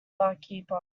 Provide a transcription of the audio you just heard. barkeeper